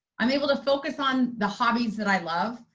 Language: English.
i'm able to focus on the hobbies that i love,